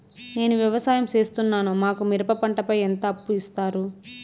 నేను వ్యవసాయం సేస్తున్నాను, మాకు మిరప పంటపై ఎంత అప్పు ఇస్తారు